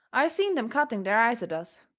i seen them cutting their eyes at us,